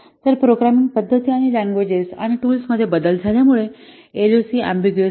तर प्रोग्रामिंग पद्धती आणि लँग्वेजेस आणि टूल्समध्ये बदल झाल्यामुळे एसएलओसी अम्बिग्युऊस होते